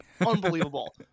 unbelievable